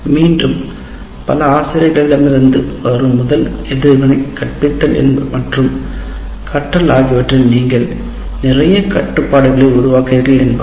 மீண்டும் பல ஆசிரியர்களிடமிருந்து வரும் முதல் எதிர்வினை கற்பித்தல் மற்றும் கற்றல் ஆகியவற்றில் நிறைய கட்டுப்பாடுகளை உருவாக்குகிறீர்கள் என்பதாகும்